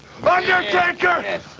Undertaker